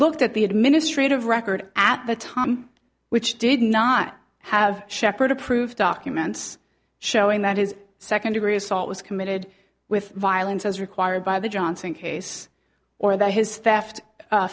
looked at the administrative record at the tom which did not have sheppard approved documents showing that his second degree assault was committed with violence as required by the johnson case or that